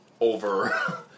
over